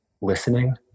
listening